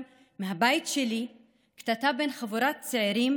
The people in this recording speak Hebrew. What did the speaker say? מהבית שלי קטטה בין חבורת צעירים,